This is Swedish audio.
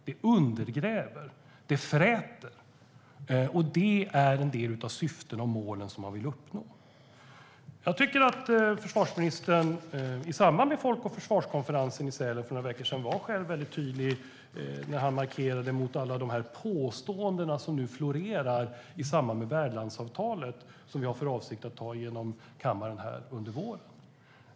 Det undergräver och fräter. Det är en del av de syften och mål som man vill uppnå. I samband med Folk och Försvars konferens i Sälen för några veckor sedan var försvarsministern mycket tydlig när han markerade mot de påståenden som nu florerar i samband med värdlandsavtalet, som vi har för avsikt att anta i kammaren under våren.